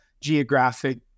Geographic